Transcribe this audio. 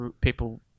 people